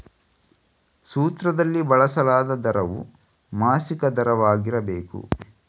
ಸೂತ್ರದಲ್ಲಿ ಬಳಸಲಾದ ದರವು ಮಾಸಿಕ ದರವಾಗಿರಬೇಕು